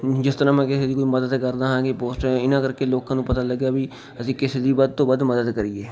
ਜਿਸ ਤਰ੍ਹਾਂ ਮੈਂ ਕਿਸੇ ਦੀ ਕੋਈ ਮਦਦ ਕਰਦਾ ਹਾਂ ਕਿ ਪੋਸਟ ਇਹਨਾਂ ਕਰਕੇ ਲੋਕਾਂ ਨੂੰ ਪਤਾ ਲੱਗਿਆ ਵੀ ਅਸੀਂ ਕਿਸੇ ਦੀ ਵੱਧ ਤੋਂ ਵੱਧ ਮਦਦ ਕਰੀਏ